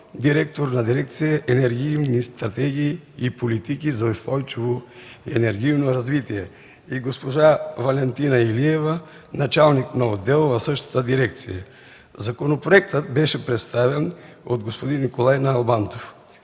директор на дирекция „Енергийни стратегии и политики за устойчиво енергийно развитие”, и госпожа Валентина Илиева – началник на отдел в същата дирекция. Законопроектът беше представен от господин Николай Налбантов.